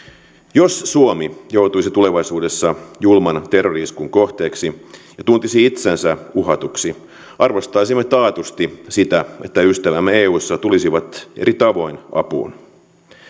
jos suomi joutuisi tulevaisuudessa julman terrori iskun kohteeksi ja tuntisi itsensä uhatuksi arvostaisimme taatusti sitä että ystävämme eussa tulisivat eri tavoin apuun